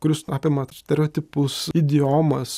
kuris apima stereotipus idiomas